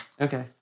Okay